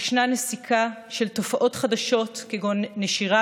ישנה נסיקה של תופעות חדשות כגון נשירה